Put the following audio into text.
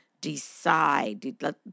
Decide